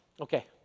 Okay